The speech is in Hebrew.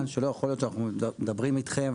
שלא יכול להיות שאנחנו מדברים איתכם,